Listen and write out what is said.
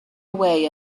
away